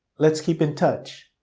let's keep in touch.